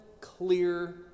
clear